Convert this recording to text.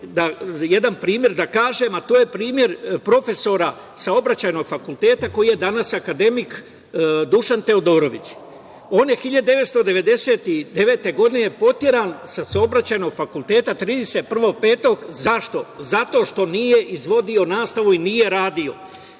jedan primer ću da kažem, a to je primer profesora Saobraćajnog fakulteta koji je danas akademik, Dušan Teodorović. On je 1999. godine proteran sa Saobraćajnog fakulteta 31. maja. Zašto? Zato što nije izdvodio nastavu i nije radio.